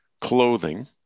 clothing